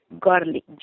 garlic